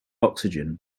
oxygen